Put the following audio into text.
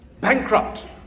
bankrupt